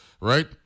right